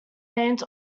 named